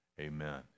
Amen